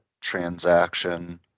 transaction